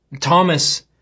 Thomas